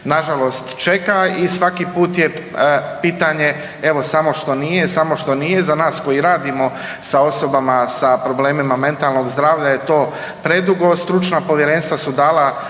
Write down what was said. nažalost čeka i svaki put je pitanje, evo, samo što nije, samo što nije i za nas koji radimo sa osobama sa problemima mentalnog zdravlja je to predugo, stručna povjerenstva su dala